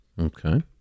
Okay